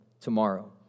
tomorrow